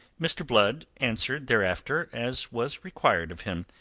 mr. blood answered thereafter, as was required of him,